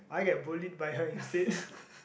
I get bullied by her instead